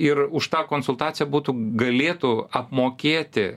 ir už tą konsultaciją būtų galėtų apmokėti